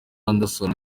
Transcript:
anderson